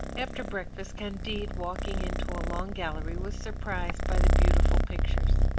after breakfast, candide walking into a long gallery was surprised by the beautiful pictures.